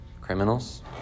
criminals